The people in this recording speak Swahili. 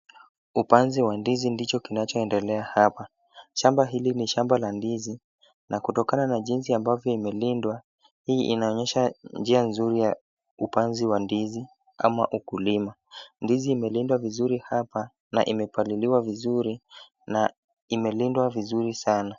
Upanzi wa ndizi ndicho kinachoendelea hapa. Shamba hili ni shamba la ndizi, na kutokana na jinsi ambavyo imelindwa, hii inaonyesha njia nzuri ya upanzi wa ndizi ama ukulima. Ndizi imelindwa vizuri hapa na imepaliliwa vizuri na imelindwa vizuri sana.